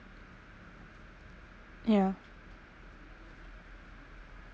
ya